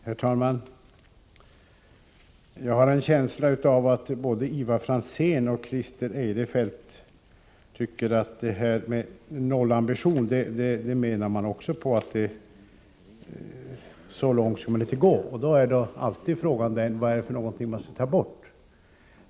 Herr talman! Jag har en känsla av att både Ivar Franzén och Christer Eirefelt tycker att man inte skall gå så långt som till en nollambition. Då blir frågan: Vad skall tas bort?